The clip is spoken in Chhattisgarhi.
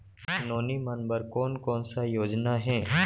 नोनी मन बर कोन कोन स योजना हे?